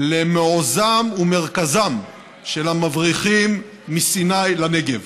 למעוזם ומרכזם של המבריחים מסיני לנגב.